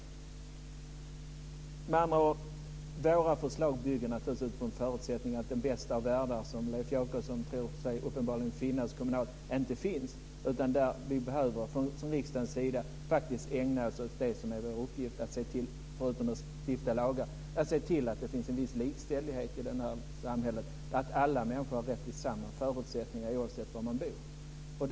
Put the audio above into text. Våra förslag bygger naturligtvis på en förutsättning att den bästa av världar, som Leif Jakobsson uppenbarligen tror finns kommunalt, inte finns. Från riksdagens sida behöver vi faktiskt ägna oss åt det som är vår uppgift förutom att stifta lagar, nämligen att se till att det finns en viss likställighet i samhället och att alla människor har rätt till samma förutsättningar oavsett var de bor.